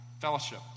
fellowship